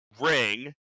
ring